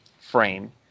frame